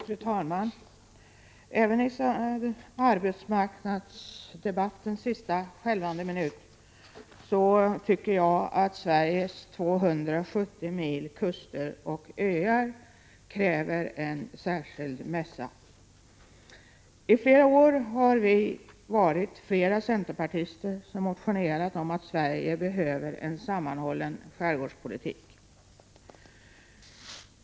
Fru talman! I den regionalpolitiska debattens sista skälvande minut tycker jag att Sveriges 270 mil kuster och öar kräver en särskild mässa. I flera år har vi centerpartister motionerat om att Sverige behöver en sammanhållen skärgårdspolitik.